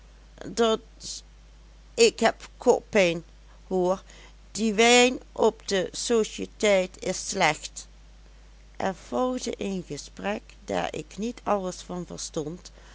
rs ik heb koppijn hoor die wijn op de sociëteit is slecht er volgde een gesprek daar ik niet alles van verstond